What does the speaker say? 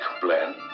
blend